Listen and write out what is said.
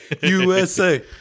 USA